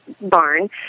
barn